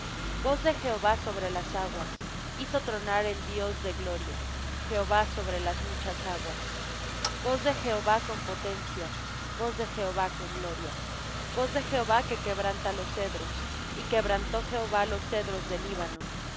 voz de jehová sobre las aguas hizo tronar el dios de gloria jehová sobre las muchas aguas voz de jehová con potencia voz de jehová con gloria voz de jehová que quebranta los cedros y quebrantó jehová los cedros del líbano